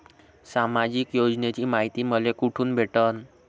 सामाजिक योजनेची मायती मले कोठून भेटनं?